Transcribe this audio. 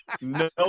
no